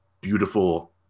beautiful